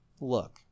Look